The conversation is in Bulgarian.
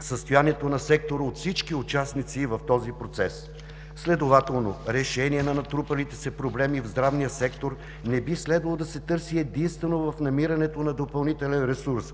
състоянието на сектора от всички участници в този процес. Следователно, решение на натрупалите се проблеми в здравния сектор не би следвало да се търси единствено в намирането на допълнителен ресурс